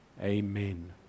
Amen